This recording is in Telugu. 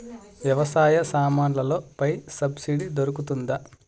వ్యవసాయ సామాన్లలో పై సబ్సిడి దొరుకుతుందా?